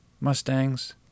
Mustangs